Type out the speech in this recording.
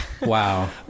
wow